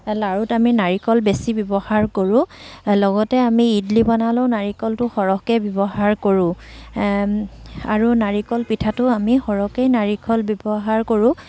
লাৰুত আমি নাৰিকলৰ বেছি ব্যৱহাৰ কৰোঁ লগতে আমি ইডলি বনালেও নাৰিকলটো সৰহকৈ ব্যৱহাৰ কৰোঁ আৰু নাৰিকল পিঠাতো আমি সৰহকৈয়ে নাৰিকল ব্যৱহাৰ কৰোঁ